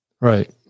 Right